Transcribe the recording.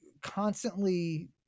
constantly